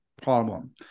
problem